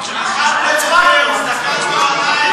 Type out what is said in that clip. הסתכלנו עלייך.